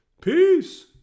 Peace